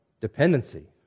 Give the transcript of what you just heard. dependency